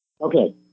Okay